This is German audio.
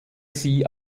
sie